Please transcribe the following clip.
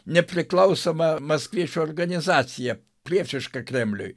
nepriklausoma maskviečių organizacija priešiška kremliui